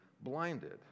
blinded